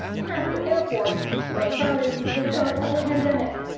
packed airports the most crowded since the start of the pandemic.